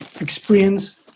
experience